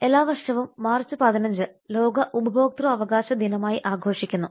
എല്ലാ വർഷവും മാർച്ച് 15 ലോക ഉപഭോക്തൃ അവകാശ ദിനമായി ആഘോഷിക്കുന്നു